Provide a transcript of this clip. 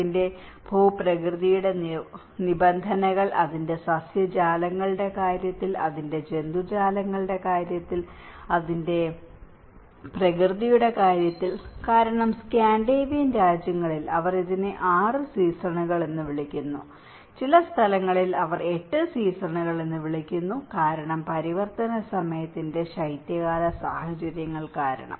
അതിന്റെ ഭൂപ്രകൃതിയുടെ നിബന്ധനകൾ അതിന്റെ സസ്യജാലങ്ങളുടെ കാര്യത്തിൽ അതിന്റെ ജന്തുജാലങ്ങളുടെ കാര്യത്തിൽ അതിന്റെ ജന്തുജാലങ്ങളുടെ കാര്യത്തിൽ പ്രകൃതിയുടെ കാര്യത്തിൽ കാരണം സ്കാൻഡിനേവിയൻ രാജ്യങ്ങളിൽ അവർ ഇതിനെ 6 സീസണുകൾ എന്ന് വിളിക്കുന്നു ചില സ്ഥലങ്ങളിൽ അവർ 8 സീസണുകൾ എന്ന് വിളിക്കുന്നു കാരണം പരിവർത്തന സമയത്തിന്റെ ശൈത്യകാല സാഹചര്യങ്ങൾ കാരണം